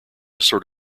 sort